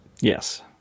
Yes